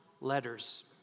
letters